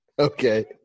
Okay